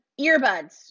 earbuds